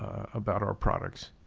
about our products.